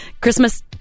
Christmas